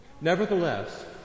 Nevertheless